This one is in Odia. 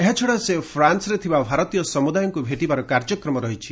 ଏହାଛଡା ସେ ଫ୍ରାନ୍ନରେ ଥିବା ଭାରତୀୟ ସମୁଦାୟଙ୍କୁ ଭେଟିବାର କାର୍ଯ୍ୟକ୍ରମ ରହିଛି